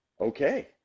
okay